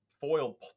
foil